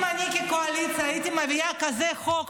אם אני כקואליציה הייתי מביאה כזה חוק,